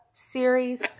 series